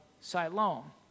Siloam